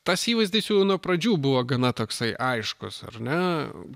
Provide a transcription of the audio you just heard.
tas įvaizdis jų nuo pradžių buvo gana toksai aiškus ar ne